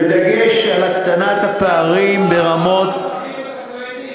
בדגש על הקטנת הפערים ברמות, החרדית.